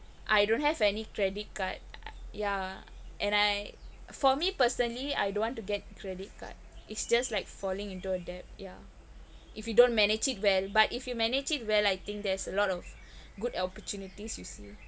I don't have any credit card yeah and I for me personally I don't want to get credit card it's just like falling into a debt yeah if you don't manage it well but if you manage it well I think there's a lot of good opportunities you see